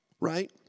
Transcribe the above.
right